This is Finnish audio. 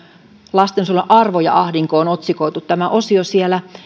lastensuojelun arvo ja ahdinko on otsikoitu tämä osio siellä